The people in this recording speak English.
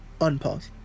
unpause